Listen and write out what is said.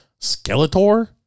Skeletor